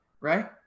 right